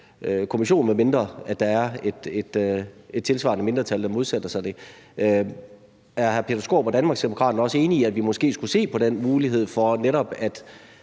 granskningskommission, medmindre der er et tilsvarende mindretal, der modsætter sig det. Er hr. Peter Skaarup og Danmarksdemokraterne også enige i, at vi måske skulle se på den mulighed for, at